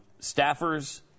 staffers